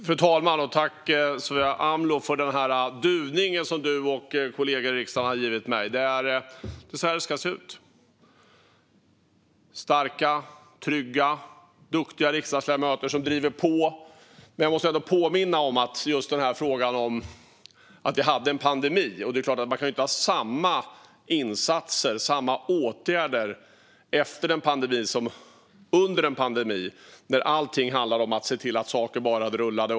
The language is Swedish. Fru talman! Tack, Sofia Amloh, för duvningen som du och kollegor i riksdagen har givit mig. Det är så här det ska se ut. Starka, trygga riksdagsledamöter ska driva på. Jag måste ändå påminna om att vi hade en pandemi. Man kan inte ha samma insatser och åtgärder efter en pandemi som under en pandemi. Då handlade allting om att se till att saker bara rullade.